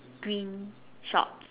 green shorts